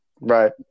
right